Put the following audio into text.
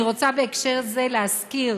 אני רוצה בהקשר זה להזכיר,